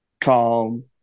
calm